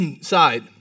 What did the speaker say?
side